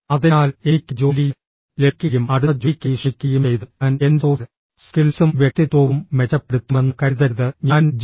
അതിനാൽ എനിക്ക് ജോലി ലഭിക്കുകയും അടുത്ത ജോലിക്കായി ശ്രമിക്കുകയും ചെയ്താൽ ഞാൻ എന്റെ സോഫ്റ്റ് സ്കിൽസും വ്യക്തിത്വവും മെച്ചപ്പെടുത്തുമെന്ന് കരുതരുത് ഞാൻ ജി